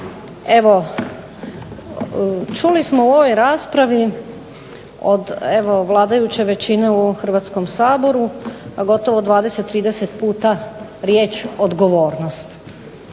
Čuli smo u ovoj raspravi od vladajuće većine u Hrvatskom saboru gotovo 20, 30 puta riječ odgovornost.